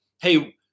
hey